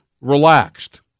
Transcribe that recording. relaxed